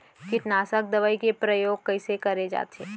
कीटनाशक दवई के प्रयोग कइसे करे जाथे?